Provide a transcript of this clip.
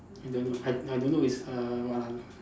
I don't know I I don't know it's her one or not